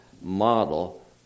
model